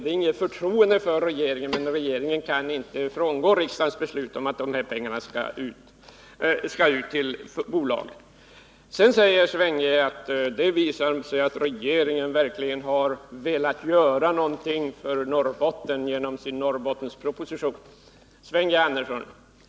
Det innebär inget förtroende för regeringen, men regeringen kan inte frångå riksdagens beslut om att dessa pengar skall betalas ut till bolaget. Sven G. Andersson säger att det visar sig att regeringen verkligen har velat göra någonting för Norrbotten genom sin Norrbottensproposition. Sven G. Andersson!